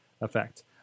effect